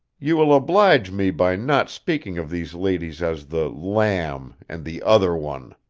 you will oblige me by not speaking of these ladies as the lamb and the other one